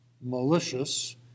malicious